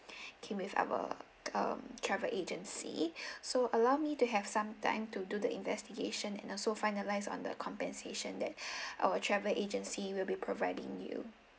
came with our um travel agency so allow me to have some time to do the investigation and also find the lines on the compensation that tour travel agency will be providing you